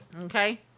Okay